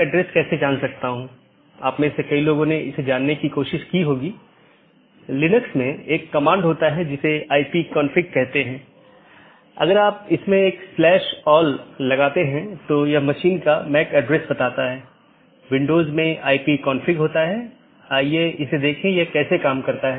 autonomous system के अंदर OSPF और RIP नामक प्रोटोकॉल होते हैं क्योंकि प्रत्येक ऑटॉनमस सिस्टम को एक एडमिनिस्ट्रेटर कंट्रोल करता है इसलिए यह प्रोटोकॉल चुनने के लिए स्वतंत्र होता है कि कौन सा प्रोटोकॉल उपयोग करना है